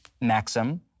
maxim